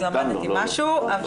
אז למדתי משהו,